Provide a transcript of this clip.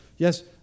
Yes